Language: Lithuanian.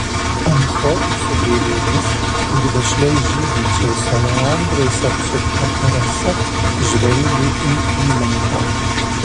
amforų su gėlėmis ir vešliai žydinčiais oleandrais apsupta terasa žvelgė į įlanką